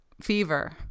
Fever